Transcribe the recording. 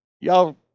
y'all